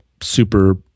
super